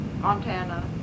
Montana